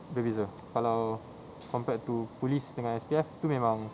berbeza kalau compared to police dengan S_P_F itu memang